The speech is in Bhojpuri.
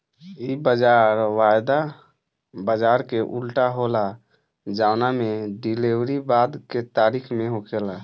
इ बाजार वायदा बाजार के उल्टा होला जवना में डिलेवरी बाद के तारीख में होखेला